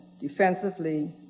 defensively